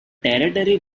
territory